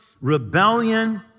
rebellion